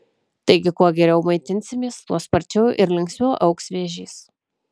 taigi kuo geriau maitinsimės tuo sparčiau ir linksmiau augs vėžys